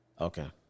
Okay